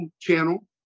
channel